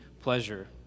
pleasure